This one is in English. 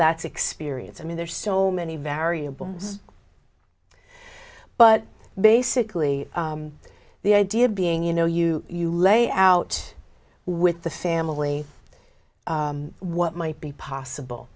that experience i mean there's so many variables but basically the idea of being you know you you lay out with the family what might be possible